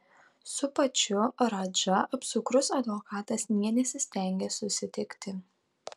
su pačiu radža apsukrus advokatas nė nesistengė susitikti